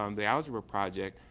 um the algebra project,